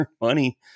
money